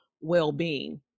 well-being